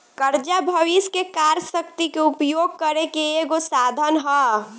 कर्जा भविष्य के कार्य शक्ति के उपयोग करे के एगो साधन ह